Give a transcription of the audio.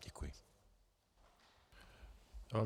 Děkuji vám.